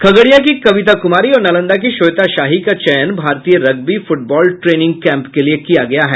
खगड़िया की कविता कुमारी और नालंदा की श्वेता शाही का चयन भारतीय रग्बी फुटबॉल ट्रेनिंग कैम्प के लिये किया गया है